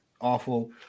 awful